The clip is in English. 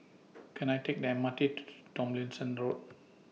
Can I Take The M R T to Tomlinson Road